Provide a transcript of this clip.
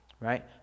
right